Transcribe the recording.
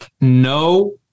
no